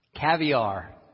Caviar